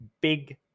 big